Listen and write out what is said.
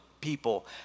people